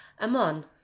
Amon